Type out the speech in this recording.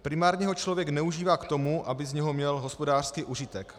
Primárně ho člověk neužívá k tomu, aby z něho měl hospodářský užitek.